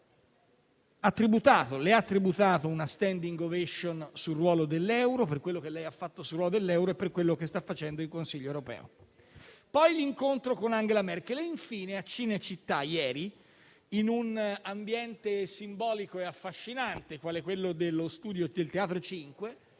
le ha tributato una *standing ovation* per quello che ha fatto sul ruolo dell'euro e per quello che sta facendo in Consiglio europeo; poi l'incontro con Angela Merkel ed infine a Cinecittà ieri, in un ambiente simbolico e affascinante, quale quello del Teatro 5,